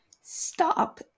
stop